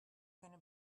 gonna